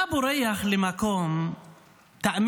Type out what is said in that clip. תאמין לי, אתה בורח למקום שיסכן